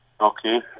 Okay